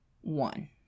one